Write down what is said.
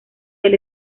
del